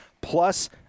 plus